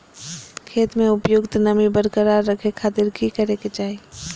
खेत में उपयुक्त नमी बरकरार रखे खातिर की करे के चाही?